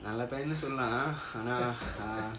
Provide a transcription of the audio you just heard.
நல்ல பையன்னு சொல்லாம் ஆனா:nalla paiyanu sollam aana